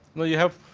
now, you have